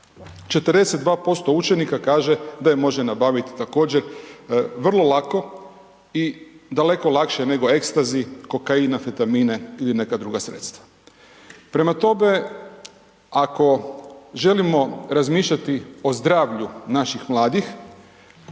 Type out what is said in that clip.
42% učenika kaže da je može nabavit također vrlo lako i daleko lakše nego ekstazi, kokain, amfetamine ili neka druga sredstva. Prema tome, ako želimo razmišljati o zdravlju naših mladih